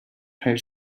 her